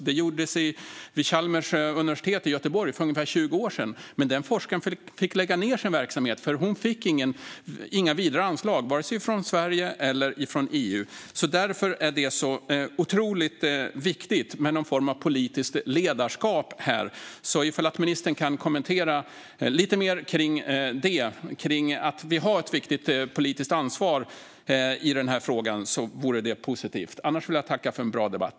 Det gjordes vid Chalmers tekniska högskola i Göteborg för ungefär 20 år sedan. Den forskaren fick lägga ned sin verksamhet, för hon fick inga vidare anslag från vare sig Sverige eller EU. Därför är det så otroligt viktigt med någon form av politiskt ledarskap. Om ministern kan kommentera lite mer kring att vi har ett viktigt politiskt ansvar i den här frågan vore det positivt. Jag tackar för en bra debatt.